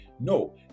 No